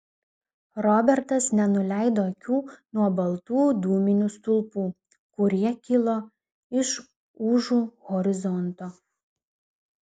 robertas nenuleido akių nuo baltų dūminių stulpų kurie kilo iš užu horizonto